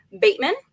Bateman